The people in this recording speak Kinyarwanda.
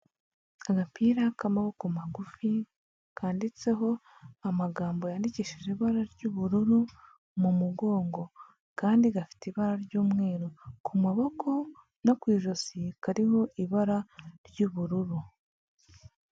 Agapira k'amaboko magufi, kanditseho amagambo yandikishije ibara ry'ubururu mu mugongo, kandi gafite ibara ry'umweru, ku maboko no ku ijosi kariho ibara ry'ubururu.